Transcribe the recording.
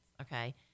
okay